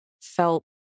felt